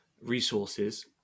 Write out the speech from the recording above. resources